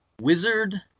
Wizard